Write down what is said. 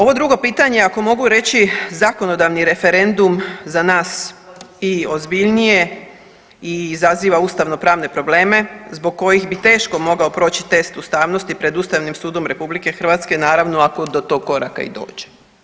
Ovo drugo pitanje ako mogu reći zakonodavni referendum za nas i ozbiljnije i izaziva ustavnopravne probleme zbog kojih bi teško mogao proći test ustavnosti pred Ustavnim sudom RH naravno ako do tog koraka i dođe.